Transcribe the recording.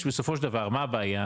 יש בסופו של דבר מה הבעיה?